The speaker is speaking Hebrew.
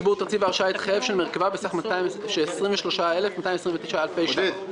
תגבור תקציב ההרשאה להתחייב של מרכבה בסך של 23,229 אלפי ש"ח.